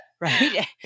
Right